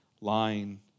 lying